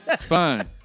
fine